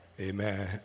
Amen